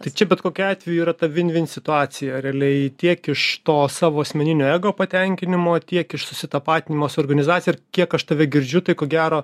tai čia bet kokiu atveju yra ta vinvin situacija realiai tiek iš to savo asmeninio ego patenkinimo tiek iš susitapatinimo su organizacija ir kiek aš tave girdžiu tai ko gero